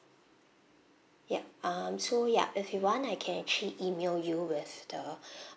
yup um so yup if you want I can actually email you with the